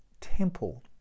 temple